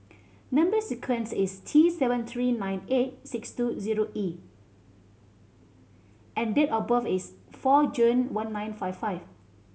number sequence is T seven three nine eight six two zero E and date of birth is four June one nine five five